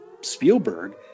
Spielberg